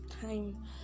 time